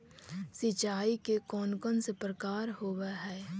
सिंचाई के कौन कौन से प्रकार होब्है?